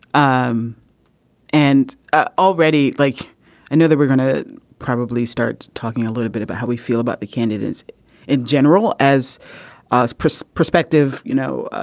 um and ah already like i know that we're going to probably start talking a little bit about how we feel about the candidates in general as ah as perspective you know